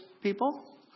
People